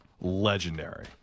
Legendary